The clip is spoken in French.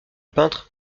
peintre